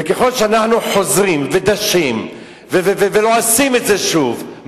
וככל שאנחנו חוזרים ודשים ולועסים את זה שוב,